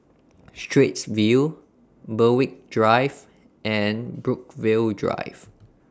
Straits View Berwick Drive and Brookvale Drive